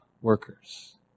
workers